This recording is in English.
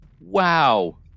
wow